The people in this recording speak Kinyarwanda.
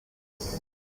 urujijo